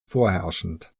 vorherrschend